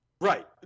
Right